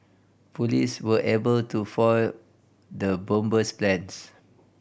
police were able to foil the bomber's plans